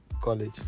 college